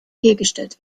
hergestellt